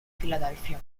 filadelfia